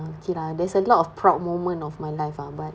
uh okay lah there's a lot of proud moment of my life lah but